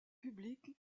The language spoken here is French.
publique